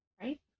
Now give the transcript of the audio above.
Right